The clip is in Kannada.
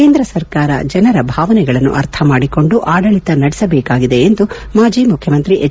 ಕೇಂದ್ರ ಸರ್ಕಾರ ಜನರ ಭಾವನೆಗಳನ್ನು ಅರ್ಥ ಮಾಡಿಕೊಂಡು ಆಡಳಿತ ನಡೆಸಬೇಕಾಗಿದೆ ಎಂದು ಮಾಜಿ ಮುಖ್ಯಮಂತ್ರಿ ಎಚ್